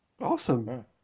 Awesome